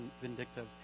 vindictive